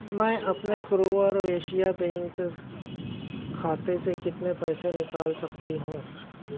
میں اپنے کروور ویشیہ بینک کھاتے سے کتنے پیسے نکال سکتی ہوں